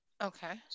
Okay